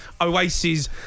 Oasis